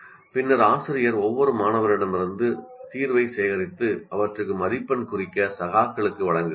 பின்னர் ஆசிரியர் ஒவ்வொரு மாணவரிடமிருந்தும் தீர்வைச் சேகரித்து அவற்றுக்கு மதிப்பெண் குறிக்க சகாக்களுக்கு வழங்குகிறார்